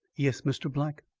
yes, mr. black.